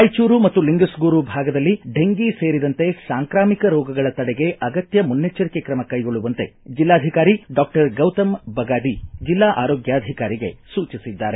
ರಾಯಚೂರು ಮತ್ತು ಲಿಂಗಸ್ಗೂರು ಭಾಗದಲ್ಲಿ ಡೆಂಭಿ ಸೇರಿದಂತೆ ಸಾಂಕ್ರಾಮಿಕ ರೋಗಗಳ ತಡೆಗೆ ಅಗತ್ಯ ಮುನ್ನೆಚ್ಚರಿಕೆ ತ್ರಮ ಕೈಗೊಳ್ಳುವಂತೆ ಜಿಲ್ಲಾಧಿಕಾರಿ ಡಾಕ್ಟರ್ ಗೌತಮ್ ಬಗಾದಿ ಜಿಲ್ಲಾ ಆರೋಗ್ವಾಧಿಕಾರಿಗೆ ಸೂಚಿಸಿದ್ದಾರೆ